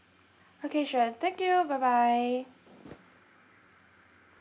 okay sure thank you bye bye